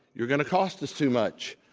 you're going to cost us too much.